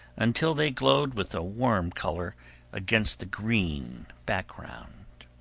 until they glowed with a warm color against the green background.